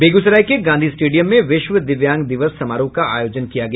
बेगूसराय के गांधी स्टेडियम में विश्व दिव्यांग दिवस समारोह का आयोजन किया गया